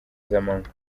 z’amanywa